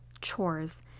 chores